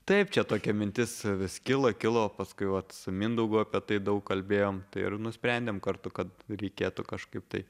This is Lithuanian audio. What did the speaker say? taip čia tokia mintis vis kilo kilo paskui vat su mindaugu apie tai daug kalbėjom ir nusprendėm kartu kad reikėtų kažkaip tai